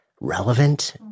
relevant